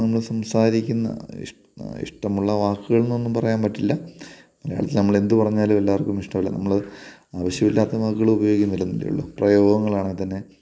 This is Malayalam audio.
നമ്മൾ സംസാരിക്കുന്ന ഇഷ്ടം ഇഷ്ടമുള്ള വാക്കുകളെന്നൊന്നും പറയാൻ പറ്റില്ല മലയാളത്തിൽ നമ്മളെന്ത് പറഞ്ഞാലും എല്ലാവർക്കും ഇഷ്ടമല്ലേ നമ്മൾ ആവശ്യമില്ലാത്ത വാക്കുകളുപയോഗിക്കുന്നില്ലെന്നല്ലേയുളളൂ പ്രയോഗങ്ങളാണെങ്കിൽത്തന്നെ